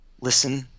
listen